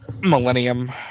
millennium